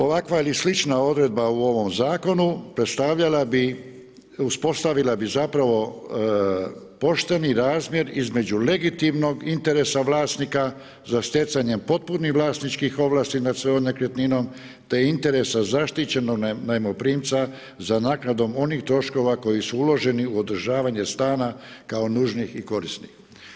Ovakva ili slična odredba u ovom Zakonu predstavljala bi, uspostavila bi zapravo pošteni razmjer između legitimnog interesa vlasnika za stjecanje potpunih vlasničkih ovlasti nad svojom nekretninom, te interesa zaštićenog najmoprimca za naknadom onih troškova koji su uloženi u održavanje stana kao nužnih i korisnih.